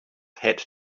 het